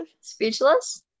Speechless